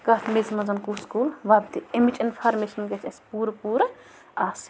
کَتھ میٚژِ منٛز کُس کُل وۄپدِ امِچ اِنفارمیشَن گژھِ اَسہِ پوٗرٕ پوٗرٕ آسٕنۍ